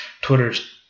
Twitter's